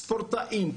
ספורטאים,